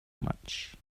much